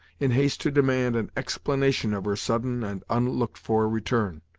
in haste to demand an explanation of her sudden and unlooked-for return.